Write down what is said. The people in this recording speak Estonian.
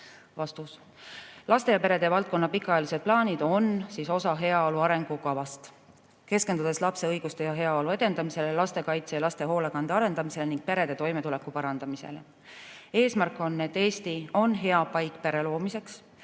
Vastus. Laste ja perede valdkonna pikaajalised plaanid on osa heaolu arengukavast, keskendudes lapse õiguste ja heaolu edendamisele, lastekaitse ja laste hoolekande arendamisele ning perede toimetuleku parandamisele. Eesmärk on, et Eesti oleks hea paik pere loomiseks